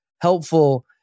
helpful